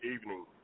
Evening